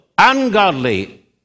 ungodly